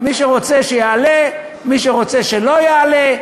מי שרוצה, שיעלה, מי שרוצה, שלא יעלה.